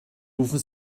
rufen